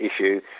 issue